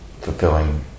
fulfilling